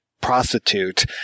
prostitute